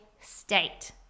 state